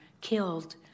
killed